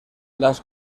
las